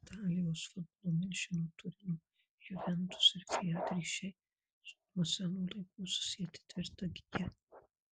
italijos futbolo milžino turino juventus ir fiat ryšiai nuo senų laikų susieti tvirta gija